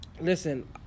listen